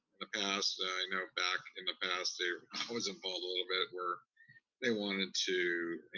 in the past, i know back in the past there, i was involved a little bit where they wanted to